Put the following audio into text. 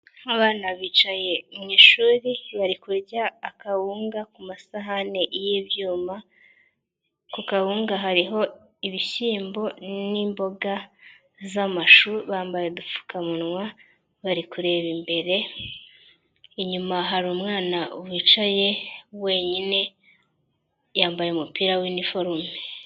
Abana bicaye mu ishuri bari kurya akawunga ku masahani y'ibyuma, ku kawunga hariho ibishyimbo n'imboga zamashu bambaye udupfukamunwa bari kureba imbere, inyuma hari umwana wicaye wenyine yambaye umupira w'iniforume.